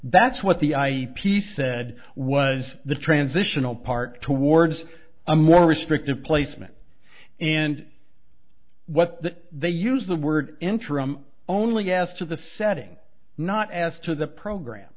that's what the i p said was the transitional part towards a more restrictive placement and what that they use the word interim only as to the setting not as to the program